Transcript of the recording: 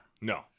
no